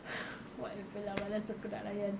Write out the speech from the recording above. whatever lah malas aku nak layan